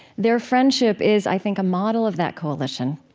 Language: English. their friendship is, i think, a model of that coalition,